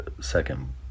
second